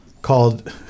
called